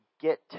get